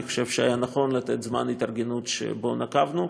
אני חושב שהיה נכון לתת את זמן ההתארגנות שבו נקבנו.